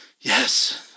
Yes